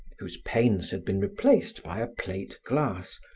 whose panes had been replaced by a plate glass,